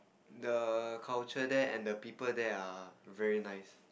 the culture there and the people there are very nice